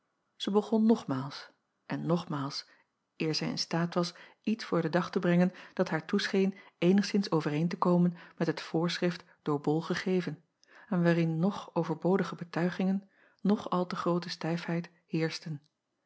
ij begon nogmaals en nogmaals eer zij in staat was iets voor den dag te brengen dat haar toescheen eenigszins overeen te komen met het voorschrift door ol gegeven en waarin noch overbodige betuigingen noch al te groote stijfheid heerschten